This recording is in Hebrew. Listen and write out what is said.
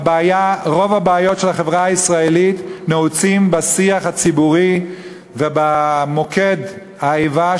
רוב הבעיות של החברה הישראלית נעוצות בשיח הציבורי ובמוקד האיבה,